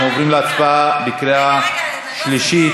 אנחנו עוברים להצבעה בקריאה שלישית.